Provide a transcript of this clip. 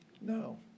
No